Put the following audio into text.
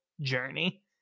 journey